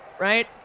Right